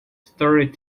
started